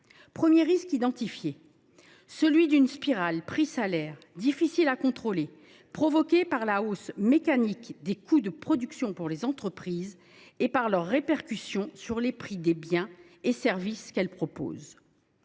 Premier risque identifié, celui d’une spirale prix salaires difficile à contrôler, provoquée par la hausse mécanique des coûts de production pour les entreprises et par sa répercussion sur les prix des biens et des services qu’elles proposent.